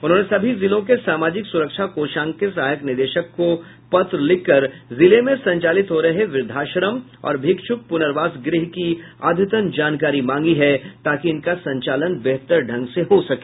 उन्होंने सभी जिलों के सामाजिक सुरक्षा कोषांग के सहायक निदेशक को पत्र लिखकर जिले में संचालित हो रहे वृद्वाश्रम और भिक्षुक पुनर्वास गृह की अद्यतन जानकारी मांगी है ताकि इनका संचालन बेहतर ढंग से हो सके